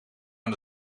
aan